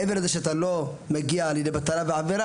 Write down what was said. מעבר לכך שאתה לא מגיע לידי בטלה ועבירה